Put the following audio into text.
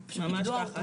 ממש כך.